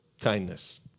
kindness